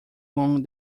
long